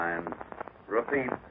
Repeat